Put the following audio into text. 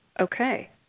Okay